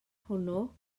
hwnnw